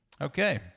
Okay